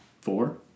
Four